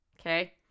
Okay